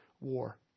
war